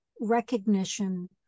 recognition